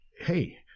Hey